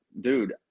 dude